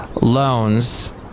Loans